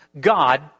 God